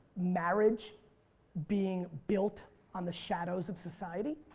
marriage being built on the shadows of society.